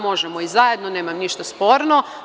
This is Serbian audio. Možemo i zajedno, nemam ništa sporno.